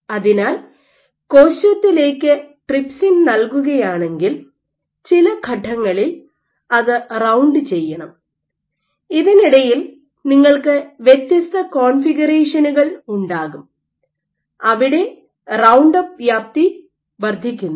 അതിനാൽ കോശത്തിലേക്ക് ട്രിപ്സിൻ നൽകുകയാണെങ്കിൽ ചില ഘട്ടങ്ങളിൽ അത് റൌണ്ട് ചെയ്യണം ഇതിനിടയിൽ നിങ്ങൾക്ക് വ്യത്യസ്ത കോൺഫിഗറേഷനുകൾ ഉണ്ടാകും അവിടെ റൌണ്ട് അപ്പ് വ്യാപ്തി വർദ്ധിക്കുന്നു